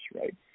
right